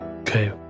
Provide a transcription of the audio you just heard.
Okay